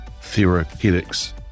therapeutics